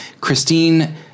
Christine